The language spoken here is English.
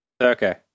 Okay